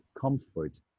comfort